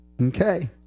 Okay